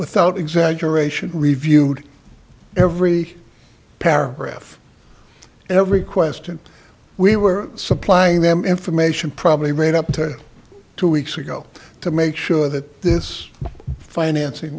without exaggeration reviewed every paragraph every question we were supplying them information probably made up to two weeks ago to make sure that this financing